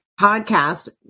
Podcast